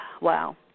wow